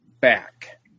back